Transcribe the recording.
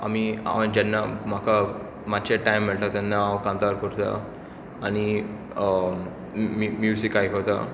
आमी हांव जेन्ना म्हाका मात्शे टायम मेळटां तेन्ना हांव कांतार करता आनी मि म्युजीक आयकोता